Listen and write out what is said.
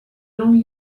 longue